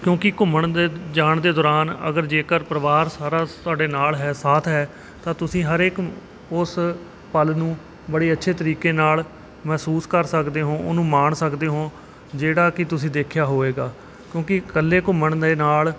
ਕਿਉਂਕਿ ਘੁੰਮਣ ਦੇ ਜਾਣ ਦੇ ਦੌਰਾਨ ਅਗਰ ਜੇਕਰ ਪਰਿਵਾਰ ਸਾਰਾ ਤੁਹਾਡੇ ਨਾਲ ਹੈ ਸਾਥ ਹੈ ਤਾਂ ਤੁਸੀਂ ਹਰੇਕ ਉਸ ਪਲ ਨੂੰ ਬੜੀ ਅੱਛੇ ਤਰੀਕੇ ਨਾਲ ਮਹਿਸੂਸ ਕਰ ਸਕਦੇ ਹੋ ਉਹਨੂੰ ਮਾਣ ਸਕਦੇ ਹੋ ਜਿਹੜਾ ਕਿ ਤੁਸੀਂ ਦੇਖਿਆ ਹੋਵੇਗਾ ਕਿਉਂਕਿ ਇਕੱਲੇ ਘੁੰਮਣ ਦੇ ਨਾਲ